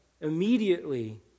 immediately